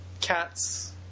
cats